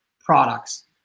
products